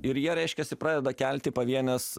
ir jie reiškiasi pradeda kelti pavienes